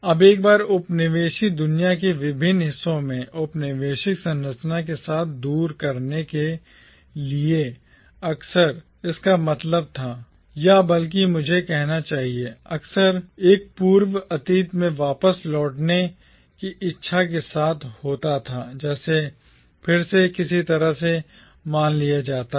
अब एक बार उपनिवेशी दुनिया के विभिन्न हिस्सों में औपनिवेशिक संरचना के साथ दूर करने के लिए अक्सर इसका मतलब था या बल्कि मुझे कहना चाहिए अक्सर एक पूर्व अतीत में वापस लौटने की इच्छा के साथ होता था जिसे फिर से किसी तरह से मान लिया जाता है